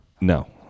No